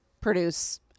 produce